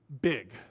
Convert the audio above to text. big